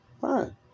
Fine